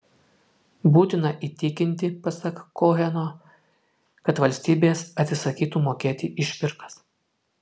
būtina įtikinti pasak koheno kad valstybės atsisakytų mokėti išpirkas